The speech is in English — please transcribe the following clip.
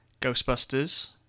Ghostbusters